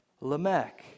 Lamech